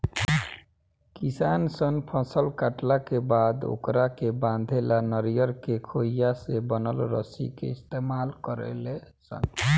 किसान सन फसल काटला के बाद ओकरा के बांधे ला नरियर के खोइया से बनल रसरी के इस्तमाल करेले सन